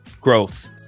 Growth